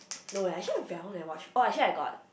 no eh actually I very long never watch oh actually I got